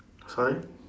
sorry